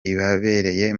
ibabereye